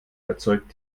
erzeugt